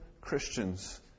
Christians